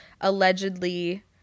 allegedly